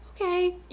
okay